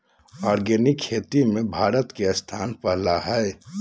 organic खेती में भारत के स्थान पहिला हइ